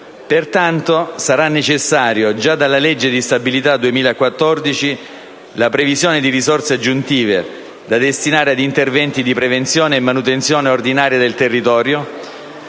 Pertanto sarà necessaria, già dalla legge di stabilità per il 2014, la previsione di risorse aggiuntive da destinare ad interventi di prevenzione e manutenzione ordinaria del territorio,